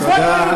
תודה.